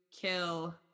kill